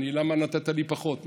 למה נתת לי פחות?